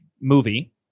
movie